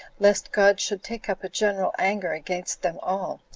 lest god should take up a general anger against them all,